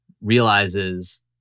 realizes